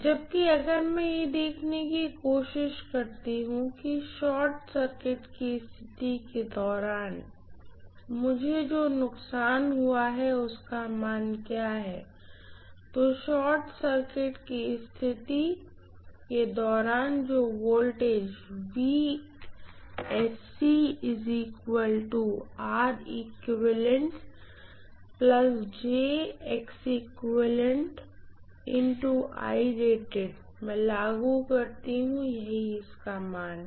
जबकि अगर मैं यह देखने की कोशिश करती हूँ कि शॉर्ट सर्किट की स्थिति के दौरान मुझे जो नुकसान हुआ है उसका मान क्या है तो शॉर्ट सर्किट के दौरान जो वोल्टेज मैं लागू करती हूँ यही इसका मान है